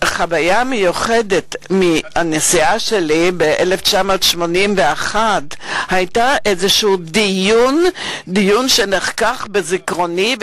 חוויה מיוחדת מהביקור שלי ב-1981 הייתה במהלך דיון שנחקק בזיכרוני,